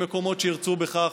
במקומות שירצו בכך.